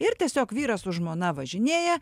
ir tiesiog vyras su žmona važinėja